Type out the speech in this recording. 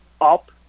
up